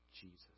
Jesus